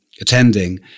attending